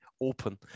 open